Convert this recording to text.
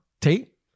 Tate